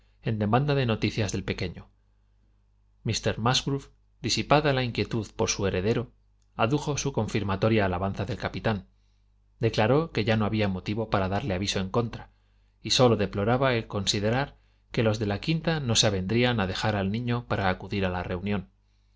en demanda de noticias del pequeño míster musgrove disipada la inquietud por su heredero adujo su confirmatoria alabanza del capitán declaró que ya no había motivo para darle aviso en contra y sólo deploraba el considerar que los de la quinta no se avendrían a dejar al niño para acudir a la reunión